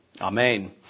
amen